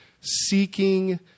seeking